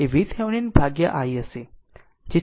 તેથી RThevenin એ VThevenin ભાગ્યા isc